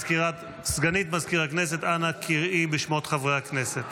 סגנית מזכיר הכנסת, אנא קראי בשמות חברי הכנסת.